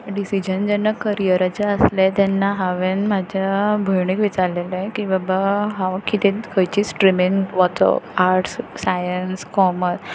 decision जेन्ना करियराचें आसलें तेन्ना हांवें म्हाज्या भयणीक विचारलेलें की बाबा हांव खंयचें स्ट्रिमींत वचूं आर्ट्स सायंस कॉमर्स